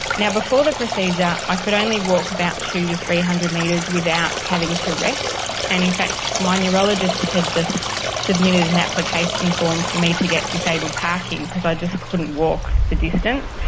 now before the procedure i could only walk about two to three hundred metres without having to rest and in fact my neurologist had just submitted an application form for me to get disabled parking because i just couldn't walk the distance.